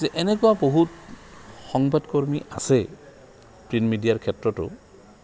যে এনেকুৱা বহুত সংবাদকৰ্মী আছে প্ৰিণ্ট মিডিয়াৰ ক্ষেত্ৰতো